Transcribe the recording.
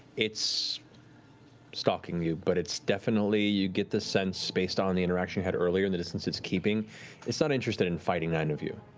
it's stalking you, but it's definitely you get the sense, based on the interaction you had earlier and the distance it's keeping it's not interested in fighting nine of you.